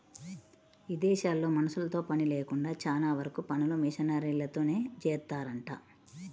ఇదేశాల్లో మనుషులతో పని లేకుండా చానా వరకు పనులు మిషనరీలతోనే జేత్తారంట